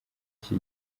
iki